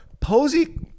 Posey